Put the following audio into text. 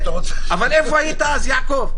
אבל איפה היית אז, יעקב?